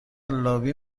لابی